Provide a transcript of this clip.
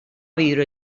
viure